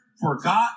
forgot